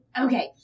Okay